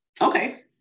Okay